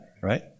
right